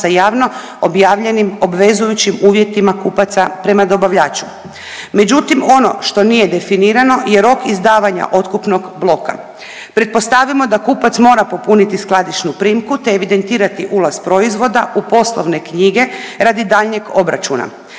sa javno objavljenim obvezujućim uvjetima kupaca prema dobavljaču. Međutim ono što nije definirano je rok izdavanja otkupnog bloka. Pretpostavimo da kupac mora popuniti skladišnu primku te evidentirati ulaz proizvoda u poslovne knjige radi daljnjeg obračuna.